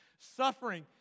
Suffering